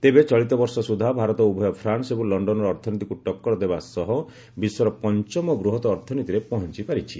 ତେବେ ଚଳିତବର୍ଷ ସୁଦ୍ଧା ଭାରତ ଉଭୟ ଫ୍ରାନ୍ନ ଏବଂ ଲଣ୍ଡନର ଅର୍ଥନୀତିକୁ ଟକ୍କର ଦେବା ସହ ବିଶ୍ୱର ପଞ୍ଚମ ବୃହତ ଅର୍ଥନୀତିରେ ପହଞ୍ଚ ପାରିଛି